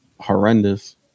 horrendous